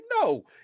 No